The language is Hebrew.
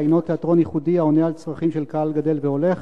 "אספקלריא" הינו תיאטרון ייחודי העונה על צרכים של קהל גדל והולך.